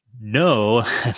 no